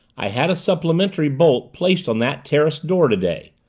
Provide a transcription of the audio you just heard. i had a supplementary bolt placed on that terrace door today.